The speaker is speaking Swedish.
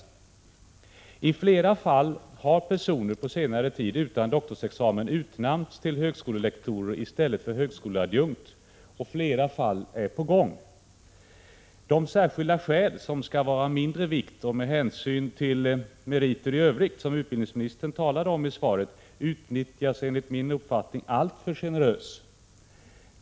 KUSORSEN OY VIESR propositioner I flera fall på senare tid har personer utan doktorsexamen utnämnts till högskolelektor i stället för högskoleadjunkt. Ytterligare sådana fall är på gång. Möjligheterna att åberopa de särskilda skäl som utbildningsministern talade om, varvid behörigheten skall vara av mindre vikt med hänsyn till meriterna i Övrigt, utnyttjas enligt min uppfattning alltför generöst.